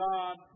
God